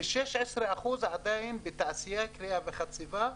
ו-16% עדיין בתעשייה, כרייה וחציבה,